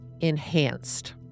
enhanced